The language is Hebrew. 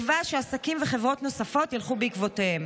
בתקווה שעסקים וחברות נוספים ילכו בעקבותיהן.